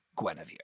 Guinevere